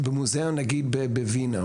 במוזיאון נגיד בווינה,